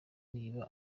niba